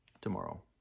tomorrow